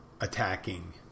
attacking